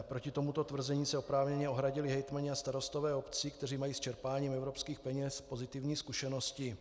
Proti tomuto tvrzení se oprávněně ohradili hejtmani a starostové obcí, kteří mají s čerpáním evropských peněz pozitivní zkušenosti.